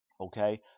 Okay